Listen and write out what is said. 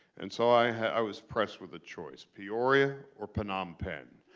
and so i was pressed with a choice. peoria or phnom penh.